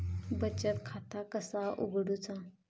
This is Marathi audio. बचत खाता कसा उघडूचा?